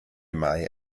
mai